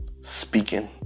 speaking